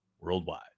worldwide